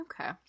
Okay